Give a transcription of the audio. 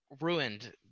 ruined